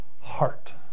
heart